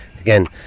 Again